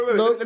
no